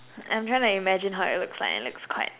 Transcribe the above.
I'm trying to imagine how it looks like and it's quite !wow!